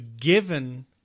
given